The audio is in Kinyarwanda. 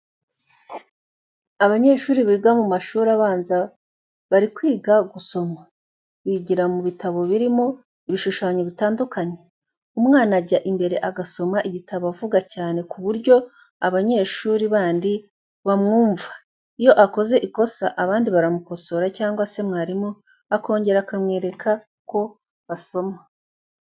Abanyeshuri biga mu mashuri abanza bari kwiga gusoma, bigira mu bitabo birimo ibishushanyo bitandukanye, umwana ajya imbere agasoma igitabo avuga cyane ku buryo abanyeshuri bandi bamwumva, iyo akoze ikosa abandi baramukosora cyangwa se mwarimu akongera akamwerekera uko basoma.